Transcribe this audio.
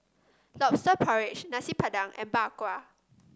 lobster porridge Nasi Padang and Bak Kwa